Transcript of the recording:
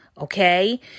okay